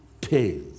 pays